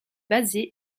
basé